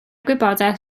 gwybodaeth